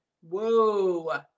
whoa